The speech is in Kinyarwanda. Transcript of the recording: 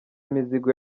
imizigo